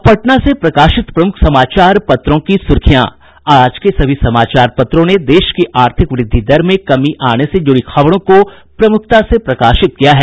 अब पटना से प्रकाशित प्रमुख समाचार पत्रों की सुर्खियां आज के सभी समाचार पत्रों ने देश की आर्थिक वृद्धि दर में कमी आने से जुड़ी खबरों को प्रमुखता से प्रकाशित किया है